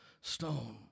stone